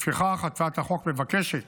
לפיכך הצעת החוק מבקשת